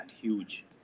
huge